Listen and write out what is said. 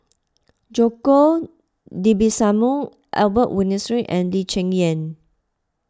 Djoko Dibisono Albert Winsemius and Lee Cheng Yan